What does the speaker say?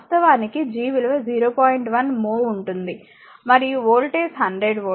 1 mho ఉంటుంది మరియు voltage 100 volt